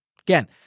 Again